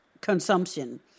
consumption